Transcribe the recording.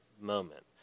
moment